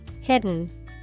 Hidden